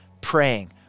praying